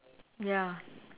ya